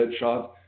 headshot